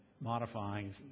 modifying